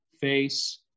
face